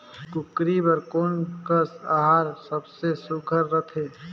कूकरी बर कोन कस आहार सबले सुघ्घर रथे?